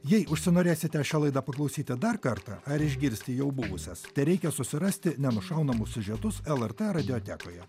jei užsinorėsite šią laidą paklausyti dar kartą ar išgirsti jau buvusias tereikia susirasti nenušaunamus siužetus lrt radiotekoje